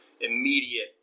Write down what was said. immediate